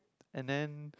and then